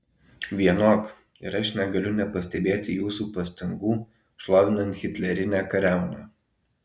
vienok ir aš negaliu nepastebėti jūsų pastangų šlovinant hitlerinę kariauną